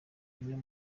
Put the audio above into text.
niwo